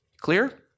Clear